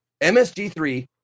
msg3